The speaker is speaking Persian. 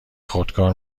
خودکار